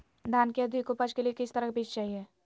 धान की अधिक उपज के लिए किस तरह बीज चाहिए?